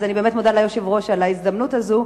אז אני באמת מודה ליושב-ראש על ההזדמנות הזאת.